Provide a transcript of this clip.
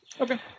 Okay